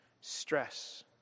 stress